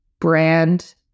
brand